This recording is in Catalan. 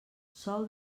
sol